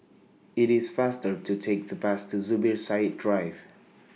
IT IS faster to Take The Bus to Zubir Said Drive